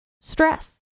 stress